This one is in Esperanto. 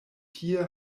tie